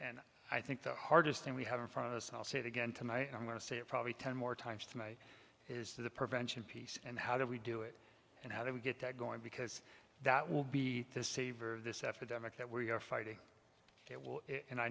and i think the hardest thing we have in front of us i'll say it again tonight i'm going to say it probably ten more times to me is the prevention piece and how do we do it and how do we get that going because that will be the saver of this affidavit that we are fighting it will and i